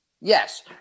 Yes